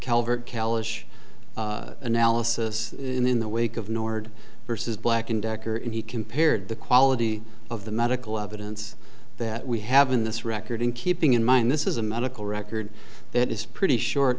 calvert kalish analysis in the wake of nord versus black and decker and he compared the quality of the medical evidence that we have in this record and keeping in mind this is a medical record that is pretty short